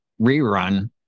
rerun